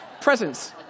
presents